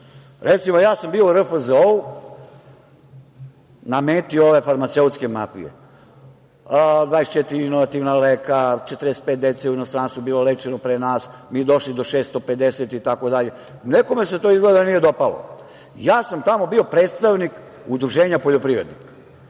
ja sam bio u RFZO-u na meti ove farmaceutske mafije, 24 inovativna leka, 45 dece u inostranstvu je bilo lečeno pre nas, mi došli do 650. Nekome se izgleda to nije dopalo. Ja sam tamo bio predstavnik udruženja poljoprivrednika,